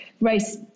race